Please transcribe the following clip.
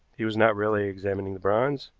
he was not really examining the bronze,